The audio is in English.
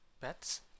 pets